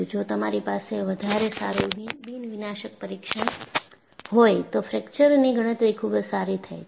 જો તમારી પાસે વધારે સારું બિન વિનાશક પરીક્ષણ હોય તો ફ્રેકચરની ગણતરી ખુબ જ સારી થાય છે